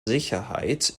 sicherheit